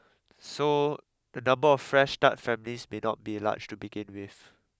so the number of fresh start families may not be large to begin with